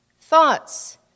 Thoughts